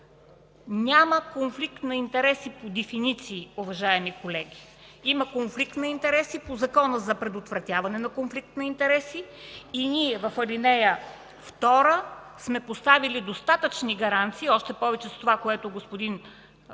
Няма конфликт на интереси по дефиниции, уважаеми колеги. Има конфликт на интереси по Закона за предотвратяване на конфликт на интереси и ние в ал. 2 сме поставили достатъчни гаранции. Още повече с това, което господин проф.